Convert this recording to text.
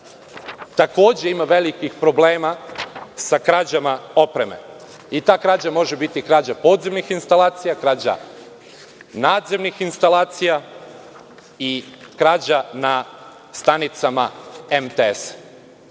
takođe ima velikih problema sa krađama opreme. Ta krađa može biti krađa podzemnih instalacija, krađa nadzemnih instalacija i krađa na stanicama